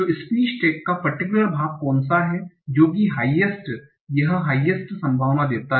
तो speech tag का particular भाग कौन सा है जो कि हाइएस्ट यह हाइएस्ट संभावना देता है